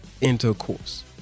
intercourse